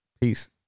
Peace